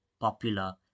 popular